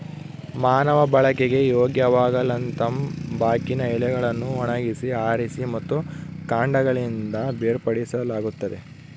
ಮಾನವ ಬಳಕೆಗೆ ಯೋಗ್ಯವಾಗಲುತಂಬಾಕಿನ ಎಲೆಗಳನ್ನು ಒಣಗಿಸಿ ಆರಿಸಿ ಮತ್ತು ಕಾಂಡಗಳಿಂದ ಬೇರ್ಪಡಿಸಲಾಗುತ್ತದೆ